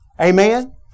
Amen